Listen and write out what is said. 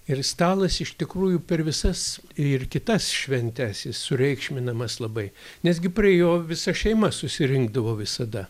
ir stalas iš tikrųjų per visas ir kitas šventes jis sureikšminamas labai nes gi prie jo visa šeima susirinkdavo visada